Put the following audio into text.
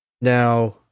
now